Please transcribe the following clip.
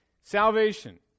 Salvation